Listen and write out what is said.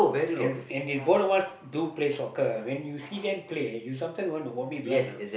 and and they both of us do play soccer ah when see them play you sometime want to vomit blood know